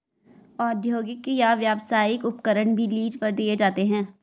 औद्योगिक या व्यावसायिक उपकरण भी लीज पर दिए जाते है